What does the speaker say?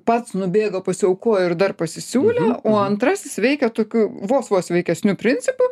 pats nubėgo pasiaukojo ir dar pasisiūlė o antrasis veikia tokiu vos vos sveikesniu principu